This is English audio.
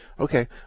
Okay